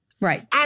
Right